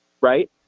right